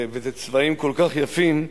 וזה צבעים כל כך יפים.